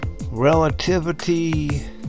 relativity